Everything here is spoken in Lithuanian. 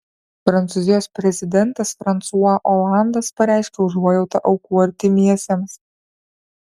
prancūzijos prezidentas fransua olandas pareiškė užuojautą aukų artimiesiems